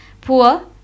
poor